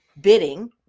bidding